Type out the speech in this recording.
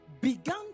began